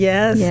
Yes